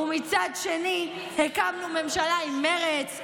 ומצד שני הקמנו ממשלה עם מרצ,